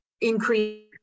increase